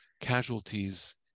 casualties